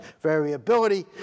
variability